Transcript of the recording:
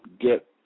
get